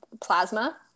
plasma